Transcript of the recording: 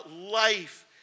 life